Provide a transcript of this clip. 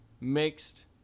mixed